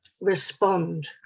respond